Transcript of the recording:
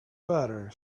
better